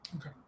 okay